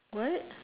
what